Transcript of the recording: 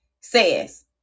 says